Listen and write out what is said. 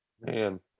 Man